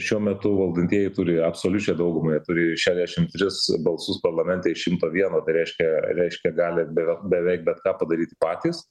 šiuo metu valdantieji turi absoliučią daugumą jie turi šešiasdešim tris balsus parlamente iš šimto vieno tai reiškia reiškia gali bevei beveik bet ką padaryti patys